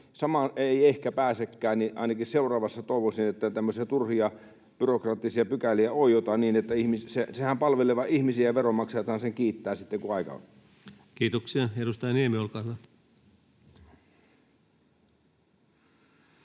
samaan ei ehkä pääsekään, niin ainakin seuraavassa toivoisin, että tämmöisiä turhia byrokraattisia pykäliä oiotaan — sehän palvelee vain ihmisiä, ja veronmaksajathan siitä kiittävät sitten, kun aika on. Kiitoksia — Edustaja Niemi, olkaa hyvä.